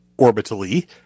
orbitally